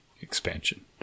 expansion